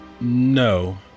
No